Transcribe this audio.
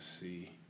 see